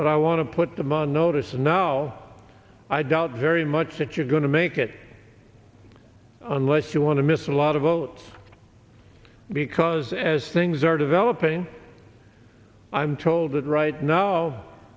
but i want to put them on notice now i doubt very much that you're going to make it unless you want to miss a lot of votes because as things are developing i'm told that right now